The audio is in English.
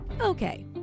Okay